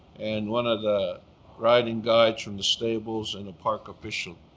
and one of the riding guides from the stables, and the park official